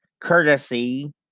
courtesy